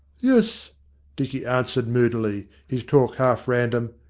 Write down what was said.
yus dicky answered moodily, his talk half random.